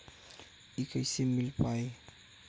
इ कईसे मिल पाई?